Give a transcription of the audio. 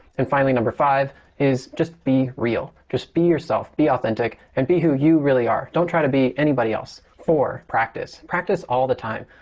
and finally, number five is just be real. just be yourself. be authentic and be who you really are. don't try to be anybody else for practice. practice all the time.